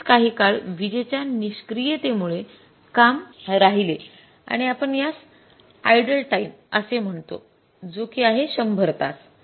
तसेच काही काळ विजेच्या निष्क्रियतेमुळे काम राहिले आणि आपण यास आइडलटाईम असे म्हणतो जो कि आहे १०० तास